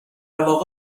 واقع